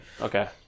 Okay